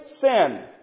sin